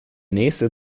nächste